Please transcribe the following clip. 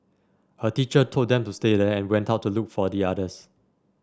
a teacher told them to stay there and went out to look for the others